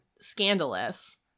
scandalous